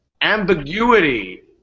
ambiguity